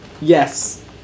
Yes